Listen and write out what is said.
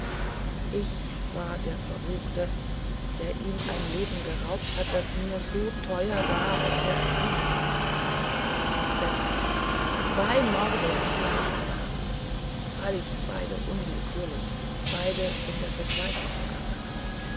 ich war der verruchte der ihm ein leben geraubt hatte das mir so teuer war als das meinige entsetzlich zwei morde in gleicher nacht freilich beide unwillkürlich beide in der verzweiflung begangen